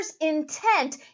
intent